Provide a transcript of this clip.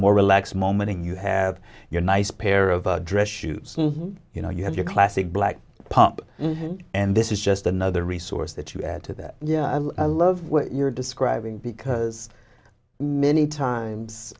more relaxed moment and you have your nice pair of dress shoes you know you have your classic black pump and this is just another resource that you add to that yeah i love what you're describing because many times